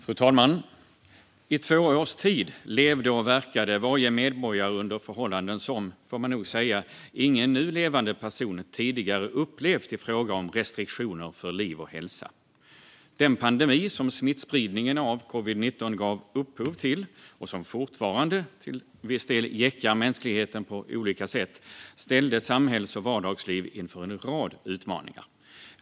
Fru talman! I två års tid levde och verkade varje medborgare under förhållanden som, får man nog säga, ingen nu levande person tidigare upplevt i fråga om restriktioner för liv och hälsa. Den pandemi som smittspridningen av covid-19 gav upphov till och som fortfarande till viss del gäckar mänskligheten på olika sätt ställde samhälls och vardagsliv inför en rad utmaningar.